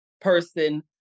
person